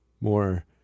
more